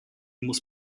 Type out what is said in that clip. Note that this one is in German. muss